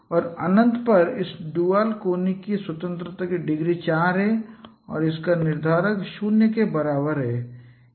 और अनंत पर इस ड्यूल कोनिक की स्वतंत्रता की डिग्री 4 है और इसका निर्धारक 0 के बराबर है